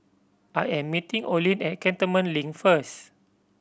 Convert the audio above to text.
I am meeting Olene at Cantonment Link first